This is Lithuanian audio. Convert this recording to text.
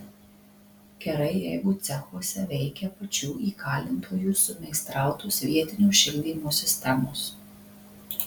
gerai jeigu cechuose veikia pačių įkalintųjų sumeistrautos vietinio šildymo sistemos